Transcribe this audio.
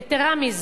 יתירה מזו,